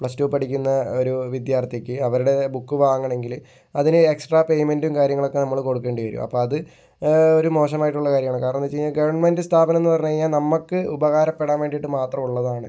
plus two പഠിക്കുന്ന ഒരു വിദ്യർത്ഥിക്ക് അവരുടേതായ ബുക്ക് വാങ്ങണം എങ്കില് അതില് എക്സ്ട്രാ പേയ്മെന്റും കാര്യങ്ങളൊക്കെ നമ്മള് കൊടുക്കേണ്ടി വരും അപ്പം അത് ഒരു മോശമായിട്ടുള്ള ഒരു കാര്യമാണ് കാരണമെന്ന് വെച്ച് കഴിഞ്ഞാൽ ഗവൺമെൻറ് സ്ഥാപനം എന്ന് പറഞ്ഞു കഴിഞ്ഞാൽ നമുക്ക് ഉപകാരപ്പെടാൻ വേണ്ടിട്ട് മാത്രമുള്ളതാണ്